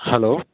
hello